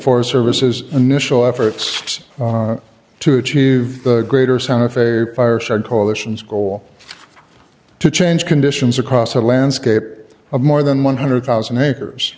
forest service as initial efforts to achieve the greater santa fe fireside coalition's goal to change conditions across a landscape of more than one hundred thousand acres